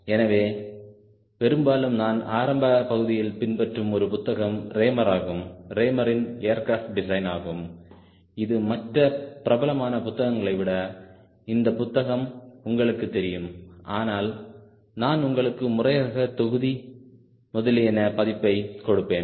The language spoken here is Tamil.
எனவே பெரும்பாலும் நான் ஆரம்ப பகுதியில் பின்பற்றும் ஒரு புத்தகம் ரேமர் ஆகும் ரேமரின் ஏர்கிராப்ட் டிசைன் ஆகும் இது மற்ற பிரபலமான புத்தகங்களைவிட இந்த புத்தகம் உங்களுக்கு தெரியும் ஆனால் நான் உங்களுக்கு முறையாக தொகுதி முதலியன பதிப்பைக் கொடுப்பேன்